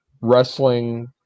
wrestling